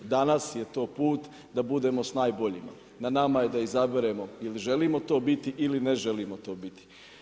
Danas je to put da budemo s najboljima, na nama je da izaberemo jel želimo to biti ili ne želimo to biti.